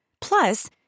Plus